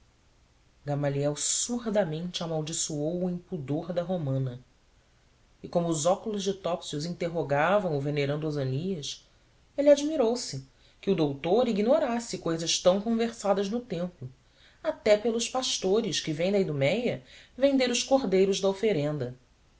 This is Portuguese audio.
rabi gamaliel surdamente amaldiçoou o impudor da romana e como os óculos de topsius interrogavam o venerando osânias ele admirou-se que o doutor ignorasse cousas tão conversadas no templo até pelos pastores que vêm da iduméia vender os cordeiros da oferenda